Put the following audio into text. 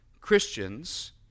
Christians